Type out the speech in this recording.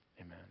Amen